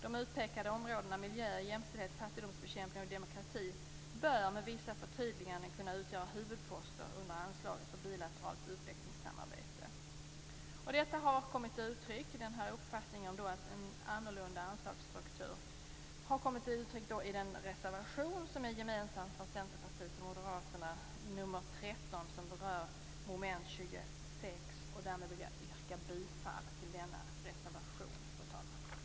De utpekade områdena miljö, jämställdhet, fattigdomsbekämpning och demokrati bör med vissa förtydliganden kunna utgöra huvudposter under anslaget för bilateralt utvecklingssamarbete. Uppfattningen om en annorlunda anslagsstruktur har kommit till uttryck i den reservation som är gemensam för Centerpartiet och Moderaterna, nr 13, som berör mom. 26. Därmed vill jag yrka bifall till denna reservation, fru talman.